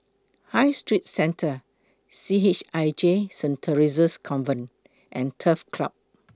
High Street Centre C H I J Saint Theresa's Convent and Turf Club